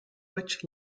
which